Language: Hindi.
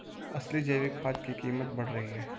असली जैविक खाद की कीमत बढ़ रही है